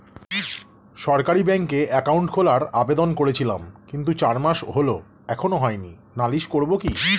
সরকারি ব্যাংকে একাউন্ট খোলার আবেদন করেছিলাম কিন্তু চার মাস হল এখনো হয়নি নালিশ করব কি?